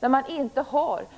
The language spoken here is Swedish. Då har man inte